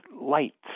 lights